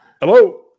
Hello